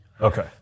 Okay